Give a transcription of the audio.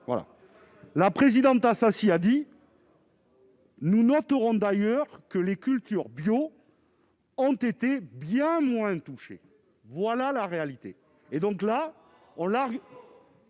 a précisément dit :« Nous noterons d'ailleurs que les cultures bio ont été bien moins touchées ». Voilà la réalité